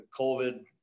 COVID